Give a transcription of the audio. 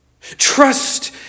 Trust